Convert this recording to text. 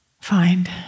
find